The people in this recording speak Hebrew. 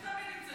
אני תמיד נמצאת.